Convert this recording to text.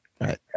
right